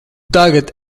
tagad